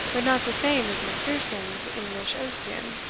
but not the same as macpherson's english ossian